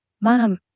Mom